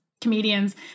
comedians